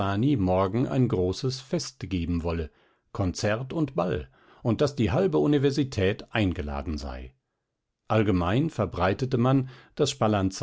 morgen ein großes fest geben wolle konzert und ball und daß die halbe universität eingeladen sei allgemein verbreite man daß